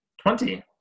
Twenty